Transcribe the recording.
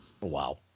Wow